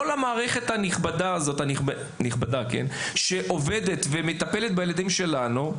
כל המערכת הנכבדה שעובדת ומטפלת בילדים שלנו,